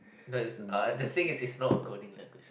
no it's uh the thing is it's not a coding language